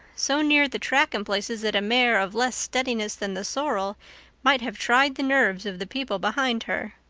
so near the track in places that a mare of less steadiness than the sorrel might have tried the nerves of the people behind her.